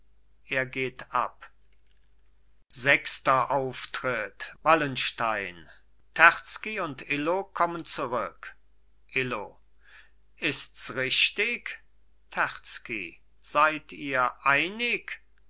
er geht ab sechster auftritt wallenstein terzky und illo kommen zurück illo ists richtig terzky seid ihr einig